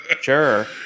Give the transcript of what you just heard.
Sure